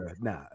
nah